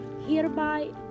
Hereby